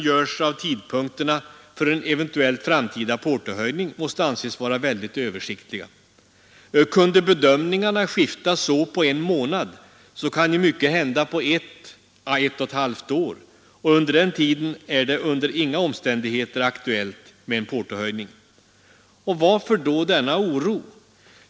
Det är det som Byggnadsarbetareförbundet i sin tidskrift har påtalat. En central fråga skall jag ta upp särskilt, och det är givetvis sysselsättningsutvecklingen på längre sikt.